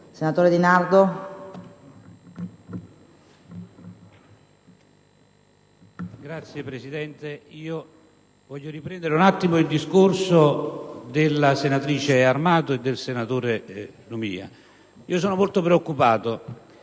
Senatore Di Nardo,